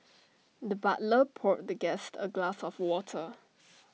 the butler poured the guest A glass of water